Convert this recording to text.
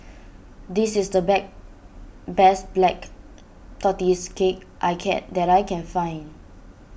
this is the bet best Black Tortoise Cake I can that I can find